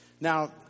Now